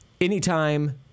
anytime